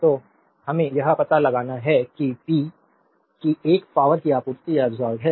तो और हमें पता लगाना है कि पी 1 पावरकी आपूर्ति या अब्सोर्बेद है